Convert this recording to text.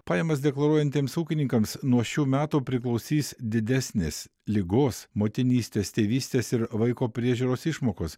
pajamas deklaruojantiems ūkininkams nuo šių metų priklausys didesnės ligos motinystės tėvystės ir vaiko priežiūros išmokos